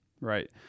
right